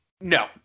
No